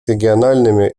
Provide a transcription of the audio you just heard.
региональными